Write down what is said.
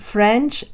French